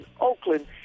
Oakland